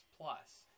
plus